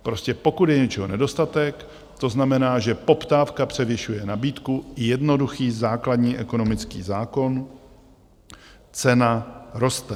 Prostě pokud je něčeho nedostatek, to znamená, že poptávka převyšuje nabídku, jednoduchý základní ekonomický zákon, cena roste.